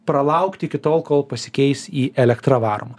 pralaukti iki tol kol pasikeis į elektra varomą